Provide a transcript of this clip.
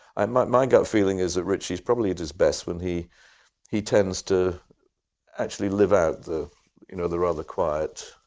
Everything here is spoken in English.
um but my gut feeling is that ritchie is probably at his best when he he tends to actually live out the you know the rather quiet,